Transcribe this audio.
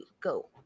go